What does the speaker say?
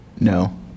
No